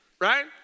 Right